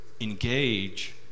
Engage